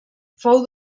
fou